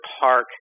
park